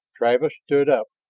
travis stood up.